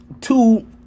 two